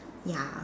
ya